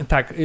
Tak